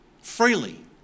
freely